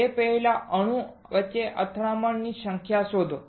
તે પહેલા અણુઓ વચ્ચે અથડામણ ની સંખ્યા શોધો